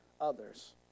others